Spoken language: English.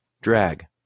drag